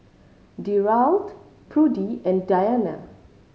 Derald Prudie and Dianna